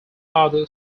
other